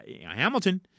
Hamilton